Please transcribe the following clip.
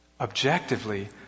Objectively